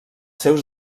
seus